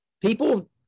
People